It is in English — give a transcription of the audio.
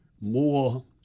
more